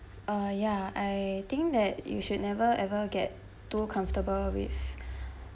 uh ya I think that you should never ever get too comfortable with